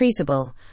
treatable